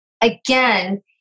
again